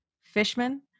Fishman